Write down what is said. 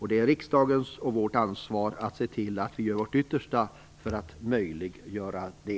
Det är riksdagens och vårt ansvar att se till att vi gör vårt yttersta för att förhindra det.